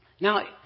Now